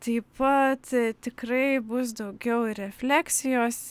taip pat tikrai bus daugiau refleksijos